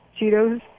Cheetos